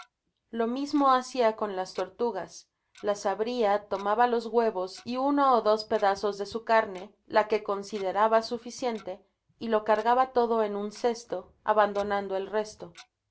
lo mismo hacia con las tortugas las abria lomaba los huevos y uno ó dos pedazos de su carne la que consideraba suficiente y lo cargaba todo en un cesto abandonando el resto